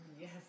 Yes